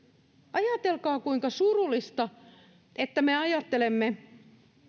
ajatelkaa kuinka surullista että me ajattelemme